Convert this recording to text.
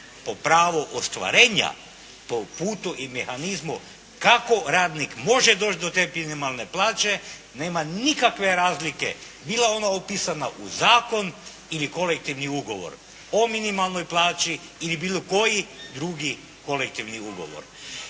Po pravu ostvarenja, po putu i mehanizmu kako radnik može doći do te minimalne plaće nema nikakve razlike bila ona upisana u zakon ili kolektivni ugovor o minimalnoj plaći ili bilo koji drugi kolektivni ugovor.